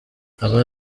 aba